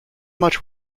much